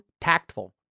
tactful